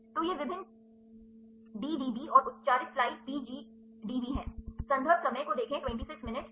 तो ये विभिन्न डीडीबी और उच्चारित स्लाइड P GDB हैं